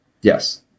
Yes